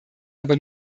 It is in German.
aber